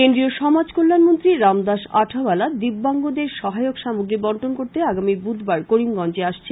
কেন্দ্রীয় সমাজ কল্যান মন্ত্রী রামদাস আঠায়ালা দিব্যাংগদের সহায়ক সামগ্রী বন্টন করতে আগামী বুধবার করিমগঞ্জে আসছেন